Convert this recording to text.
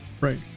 right